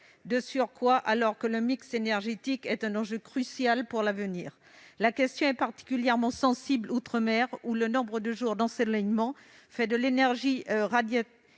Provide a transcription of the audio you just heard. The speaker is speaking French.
De surcroît, alors que le mix énergétique est un enjeu crucial pour l'avenir, la question est particulièrement sensible outre-mer, où le nombre de jours d'ensoleillement fait de l'énergie radiative